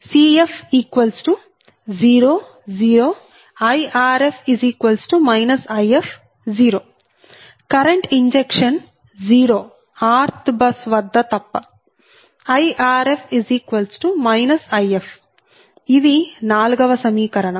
Cf0 0 Irf If 0 current injection 0 rth bus వద్ద తప్ప Irf If ఇది 4 వ సమీకరణం